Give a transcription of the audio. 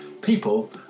people